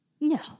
no